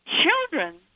Children